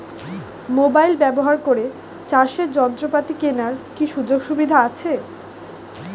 Mobile ব্যবহার করে চাষের যন্ত্রপাতি কেনার কি সুযোগ সুবিধা আছে?